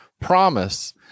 promise